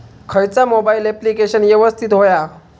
खयचा mobile application यवस्तित होया?